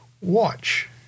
Watch